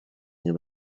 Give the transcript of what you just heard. nie